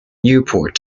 newport